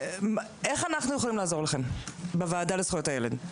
איך אנחנו יכולים לעזור לכם בוועדה לזכויות הילד?